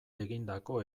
egindako